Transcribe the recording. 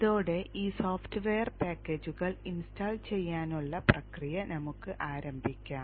ഇതോടെ ഈ സോഫ്റ്റ്വെയർ പാക്കേജുകൾ ഇൻസ്റ്റാൾ ചെയ്യാനുള്ള പ്രക്രിയ നമുക്ക് ആരംഭിക്കാം